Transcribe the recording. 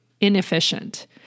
inefficient